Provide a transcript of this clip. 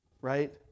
right